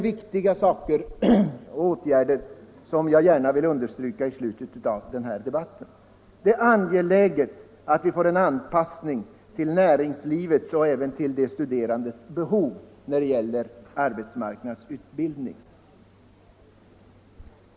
Det är också angeläget att vi får en anpassning till näringslivets men också till de studerandes behov, när det gäller arbetsmarknadsutbildningen.